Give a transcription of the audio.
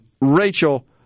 Rachel